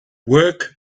work